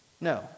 No